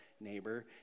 neighbor